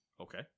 Okay